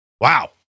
Wow